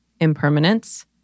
impermanence